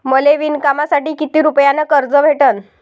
मले विणकामासाठी किती रुपयानं कर्ज भेटन?